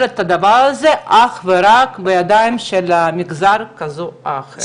את הדבר הזה אך ורק בידיים של מגזר כזה או אחר.